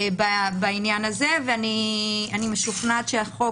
אני משוכנעת שהחוק,